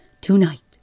Tonight